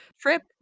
trip